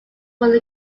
were